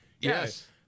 yes